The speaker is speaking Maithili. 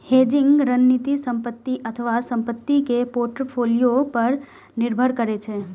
हेजिंग रणनीति संपत्ति अथवा संपत्ति के पोर्टफोलियो पर निर्भर करै छै